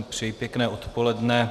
Přeji pěkné odpoledne.